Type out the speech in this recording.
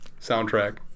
soundtrack